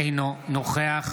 אינו נוכח